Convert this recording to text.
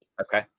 Okay